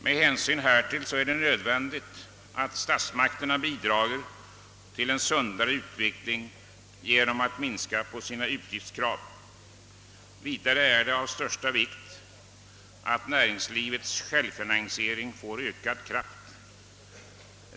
Med hänsyn härtill är det nödvändigt att statsmakterna bidrar till en sundare utveckling genom att minska på sina utgiftskrav. Vidare är det av största vikt att näringslivets självfinansiering får ökad kraft.